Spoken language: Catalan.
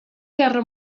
guerra